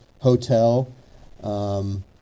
hotel